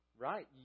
right